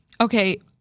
okay